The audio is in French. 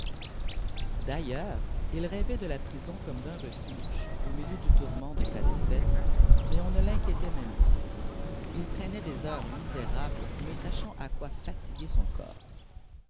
d'ailleurs il rêvait de la prison comme d'un refuge au milieu du tourment de sa défaite mais on ne l'inquiétait même pas il traînait des heures misérables ne sachant à quoi fatiguer son corps